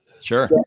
sure